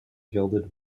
gilded